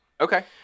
Okay